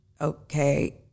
okay